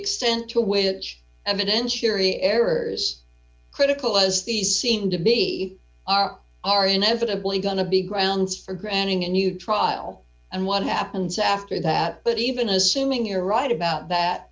extent to which evidentiary errors critical as these seem to be are are inevitably going to be grounds for granting a new trial and what happens after that but even assuming you're right about that